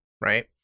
right